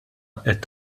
qed